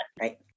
Right